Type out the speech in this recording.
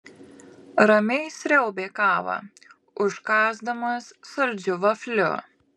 ramiai sriaubė kavą užkąsdamas saldžiu vafliu